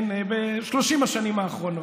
ב-30 השנים האחרונות.